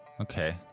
Okay